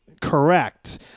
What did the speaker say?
correct